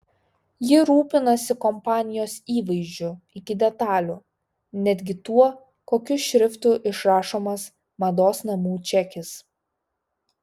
ji rūpinasi kompanijos įvaizdžiu iki detalių netgi tuo kokiu šriftu išrašomas mados namų čekis